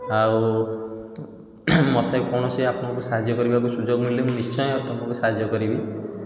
ଆଉ ମୋତେ କୌଣସି ଆପଣଙ୍କୁ ସାହାଯ୍ୟ କରିବାକୁ ସୁଯୋଗ ମିଳିଲେ ମୁଁ ନିଶ୍ଚୟ ଆପଣଙ୍କୁ ସାହାଯ୍ୟ କରିବି